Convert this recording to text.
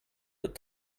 but